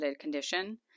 condition